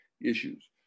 issues